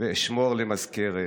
ואשמור למזכרת.